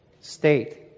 state